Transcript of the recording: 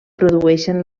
produeixen